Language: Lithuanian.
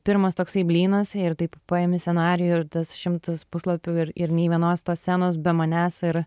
pirmas toksai blynas ir taip paimi scenarijų ir tas šimtas puslapių ir ir nei vienos tos scenos be manęs ir